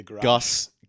Gus